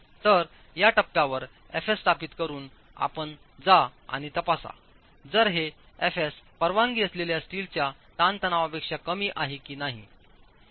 तर या टप्प्यावरएफएस स्थापित करून आपण जा आणि तपासा जरहेएफएस परवानगी असलेल्या स्टीलच्या ताणतणावापेक्षा कमी आहे की नाही